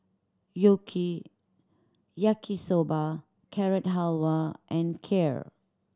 Yaki Soba Carrot Halwa and Kheer